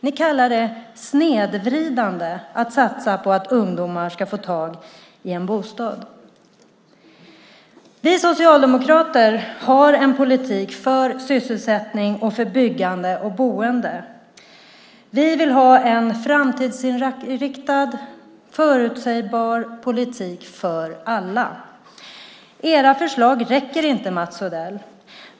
Ni kallar det snedvridande att satsa på att ungdomar ska få tag i en bostad. Vi socialdemokrater har en politik för sysselsättning, byggande och boende. Vi vill ha en framtidsinriktad förutsägbar politik för alla. Era förslag räcker inte, Mats Odell.